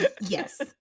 yes